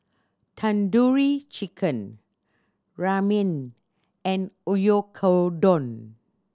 Tandoori Chicken Ramen and Oyakodon